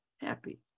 happy